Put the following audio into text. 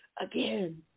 again